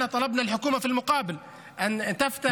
אולם אנחנו ביקשנו בתמורה מהממשלה שתיפתח,